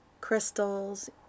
crystals